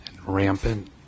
rampant